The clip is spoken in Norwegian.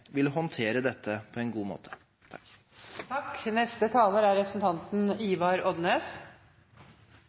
vil håndtere dette på en god måte.